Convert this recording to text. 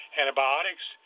antibiotics